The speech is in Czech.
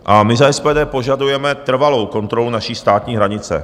A my za SPD požadujeme trvalou kontrolu naší státní hranice.